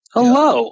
Hello